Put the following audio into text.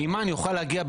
מימן יוכל להגיע,